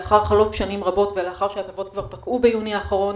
לאחר חלוף שנים רבות ולאחר שההטבות כבר פקעו ביוני האחרון,